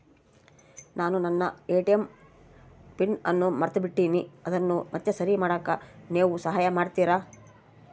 ನಾನು ನನ್ನ ATM PIN ಅನ್ನು ಮರೆತುಬಿಟ್ಟೇನಿ ಅದನ್ನು ಮತ್ತೆ ಸರಿ ಮಾಡಾಕ ನೇವು ಸಹಾಯ ಮಾಡ್ತಿರಾ?